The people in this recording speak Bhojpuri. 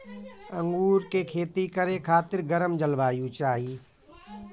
अंगूर के खेती करे खातिर गरम जलवायु चाही